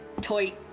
toy